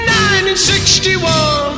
1961